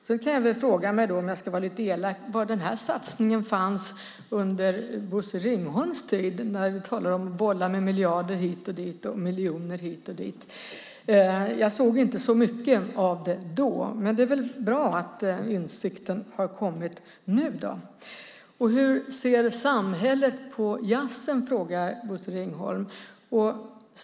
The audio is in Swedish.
Sedan kan jag väl, om jag ska vara lite elak, fråga mig var den här satsningen fanns under Bosse Ringholms tid när vi nu talar om att bolla med miljarder hit och dit och miljoner hit och dit. Jag såg inte så mycket av det då, men det är väl bra att insikten har kommit nu. Hur ser samhället på jazzen? frågar Bosse Ringholm.